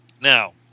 Now